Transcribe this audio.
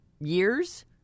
years